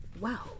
Wow